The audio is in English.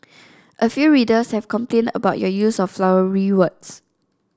a few readers have complained about your use of flowery words